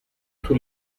tous